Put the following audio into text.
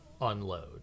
unload